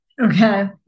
Okay